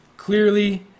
clearly